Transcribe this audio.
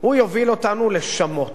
הוא יוביל אותנו לשמות.